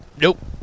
Nope